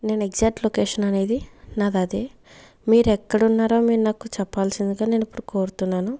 నేను exact location అనేది నాదదే మీరు ఎక్కడున్నారో మీరు నాకు చెప్పాల్సిందిగా నేను ఇప్పుడు కోరుతున్నాను